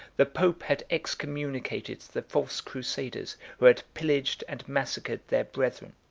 the pope had excommunicated the false crusaders who had pillaged and massacred their brethren,